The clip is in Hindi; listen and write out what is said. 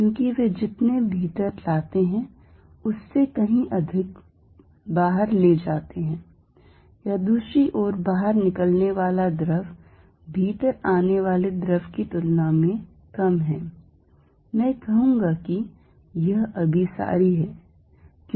क्योंकि वे जितना भीतर लाते हैं उससे कहीं अधिक बाहर ले जाते हैं या दूसरी ओर बाहर निकलने वाला द्रव भीतर आने वाले द्रव की तुलना में कम है मैं कहूंगा कि यह अभिसारी है